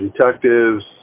detectives